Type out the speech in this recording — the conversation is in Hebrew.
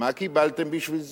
מה קיבלתם בשביל זה?